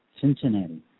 Cincinnati